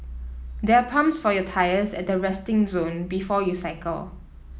there are pumps for your tyres at the resting zone before you cycle